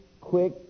quick